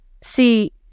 See